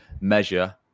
measure